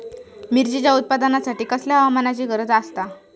मिरचीच्या उत्पादनासाठी कसल्या हवामानाची गरज आसता?